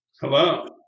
Hello